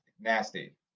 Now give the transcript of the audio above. nasty